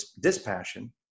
dispassion